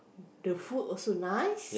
the food also nice